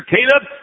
Caleb